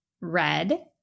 Red